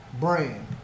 brand